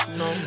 no